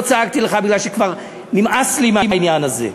לא צעקתי לך, מפני שכבר נמאס לי מהעניין הזה.